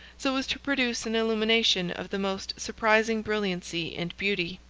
so as to produce an illumination of the most surprising brilliancy and beauty.